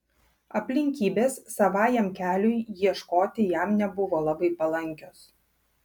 aplinkybės savajam keliui ieškoti jam nebuvo labai palankios